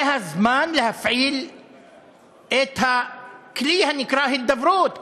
זה הזמן להפעיל את הכלי הנקרא הידברות,